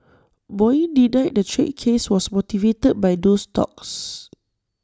boeing denied the trade case was motivated by those talks